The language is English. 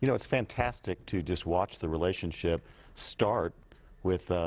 you know it's fantastic to just watch the relationship start with